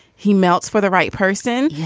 he melts for the right person.